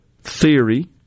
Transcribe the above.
theory